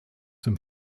dem